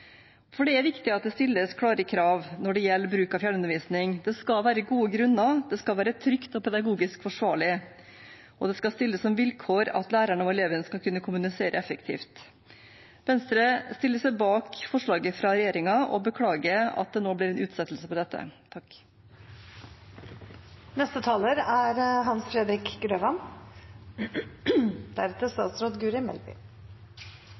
For det er viktig at det stilles klare krav når det gjelder bruk av fjernundervisning. Det skal være gode grunner, det skal være trygt og pedagogisk forsvarlig, og det skal stilles som vilkår at læreren og elevene skal kunne kommunisere effektivt. Venstre stiller seg bak forslaget fra regjeringen og beklager at det nå blir en utsettelse av dette.